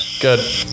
Good